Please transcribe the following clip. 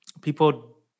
people